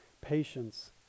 patience